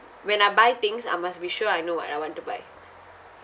when I buy things I must be sure I know what I want to buy